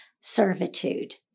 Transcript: servitude